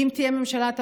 אם תהיה ממשלה.